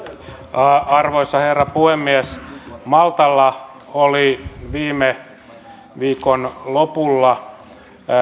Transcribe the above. arvoisa herra puhemies maltalla oli viime viikon lopulla